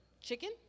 Chicken